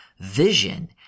vision